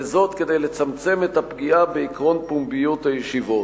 וזאת כדי לצמצם את הפגיעה בעקרון פומביות הישיבות.